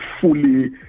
fully